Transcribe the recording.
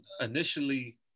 initially